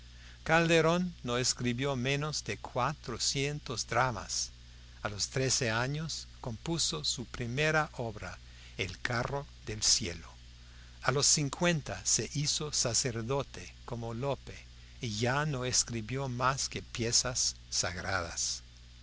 calderón no escribió menos de cuatrocientos dramas a los trece años compuso su primera obra el carro del cielo a los cincuenta se hizo sacerdote como lope y ya no escribió más que piezas sagradas